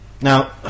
now